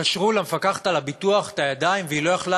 קשרו למפקחת על הביטוח את הידיים והיא לא יכלה